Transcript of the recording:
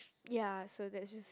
ya so that's just